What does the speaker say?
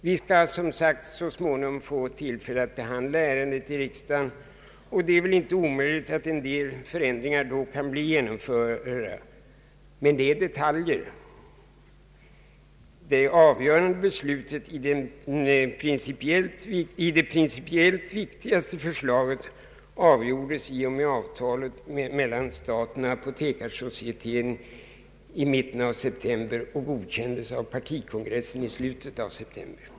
Vi kommer som sagt att så småningom få tillfälle att behandla ärendet i riksdagen, och det är väl inte omöjligt att en del förändringar då kan bli genomförda. Men det är detaljfrågor; avgörandet om det principiellt viktigaste förslaget träffades i och med avtalet mellan staten och Apotekarsocieteten i mitten av september och godkändes av partikongressen i slutet av september.